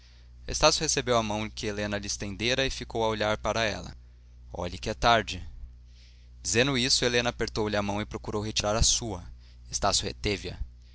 estácio recebeu a mão que helena lhe estendera e ficou a olhar para ela olhe que é tarde dizendo isto helena apertou-lhe a mão e procurou retirar a sua estácio reteve a